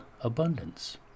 abundance